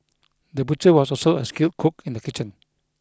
the butcher was also a skilled cook in the kitchen